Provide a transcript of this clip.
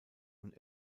und